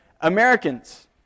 Americans